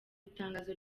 itangazo